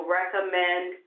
recommend